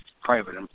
private